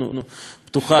פתוחה בפני המפעל,